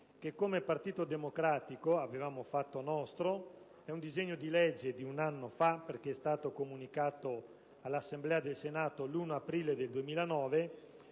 che, come Partito Democratico, avevamo fatto nostro. È un disegno di legge di un anno fa, che è stato comunicato all'Assemblea del Senato il 1° aprile 2009.